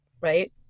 right